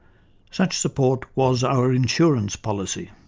such support was our insurance policy.